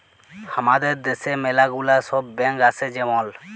হামাদের দ্যাশে ম্যালা গুলা সব ব্যাঙ্ক আসে যেমল